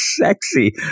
sexy